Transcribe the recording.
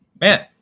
Man